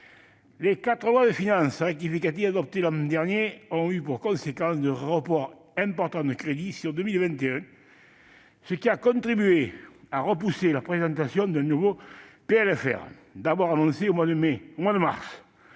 Les quatre lois de finances rectificatives adoptées l'an dernier ont eu pour conséquence des reports importants de crédits sur 2021, ce qui a contribué à repousser la présentation d'un nouveau texte, d'abord annoncé pour le mois de mars.